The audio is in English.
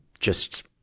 just,